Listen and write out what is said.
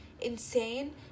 insane